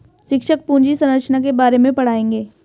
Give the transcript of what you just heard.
शिक्षक पूंजी संरचना के बारे में पढ़ाएंगे